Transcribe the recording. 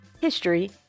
history